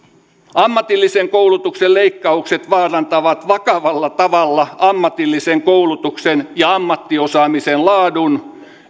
ammatillisen koulutuksen leikkaukset vaarantavat vakavalla tavalla ammatillisen koulutuksen ja ammattiosaamisen laadun